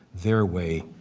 their way,